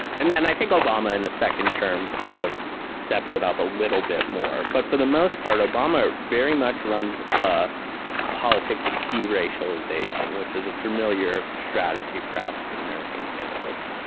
and then i think obama, in his second term, kind of steps it up a little bit more. but for the most part, obama very much runs a politics of deracialization, which is a familiar strategy for african-american candidates.